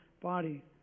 body